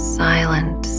silent